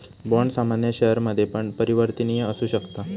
bond सामान्य शेयरमध्ये पण परिवर्तनीय असु शकता